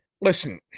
listen